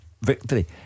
victory